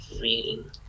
reading